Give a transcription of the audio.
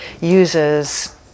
uses